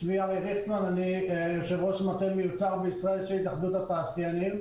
אני יושב-ראש מטה מיוצר בישראל של התאחדות התעשיינים,